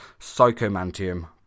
Psychomantium